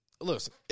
listen